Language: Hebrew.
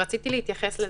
רציתי להתייחס לזה.